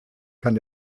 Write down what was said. kann